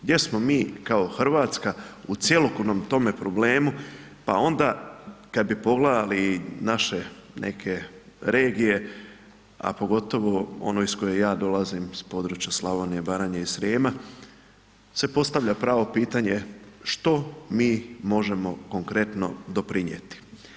Gdje smo kao Hrvatska u cjelokupnom tome problemu, pa onda kad bi pogledali naše neke regije, a pogotovo onu iz koje ja dolazim iz područja Slavonije, Baranje i Srijema se postavlja pravo pitanje, što mi možemo konkretno doprinijeti.